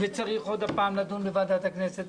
וצריך עוד הפעם לדון בוועדת הכנסת.